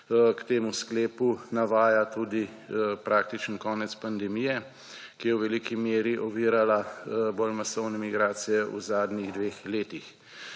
k temu sklepu navaja tudi praktičen konec pandemije, ki je v veliki meri ovirala bolj masovne migracije v zadnjih dveh letih.